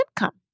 income